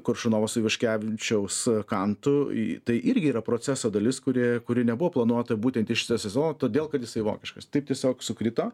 koršunovas su iškevičiaus kantu į tai irgi yra proceso dalis kuri kuri nebuvo planuota būtent iš sezono todėl kad jisai vokiškas taip tiesiog sukrito